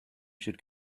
should